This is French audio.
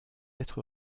être